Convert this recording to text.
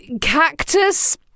cactus